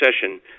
session